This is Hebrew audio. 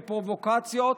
בפרובוקציות,